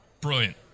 Brilliant